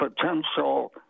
potential